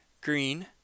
green